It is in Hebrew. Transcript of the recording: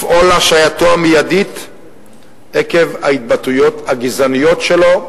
לפעול להשעייתו המיידית עקב ההתבטאויות הגזעניות שלו,